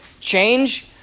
change